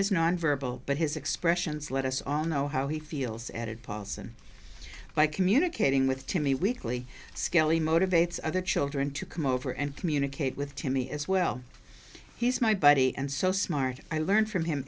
is nonverbal but his expressions let us on know how he feels added paulson by communicating with jimmy weekley skelly motivates other children to come over and communicate with to me as well he's my buddy and so smart i learn from him